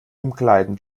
umkleiden